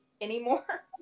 anymore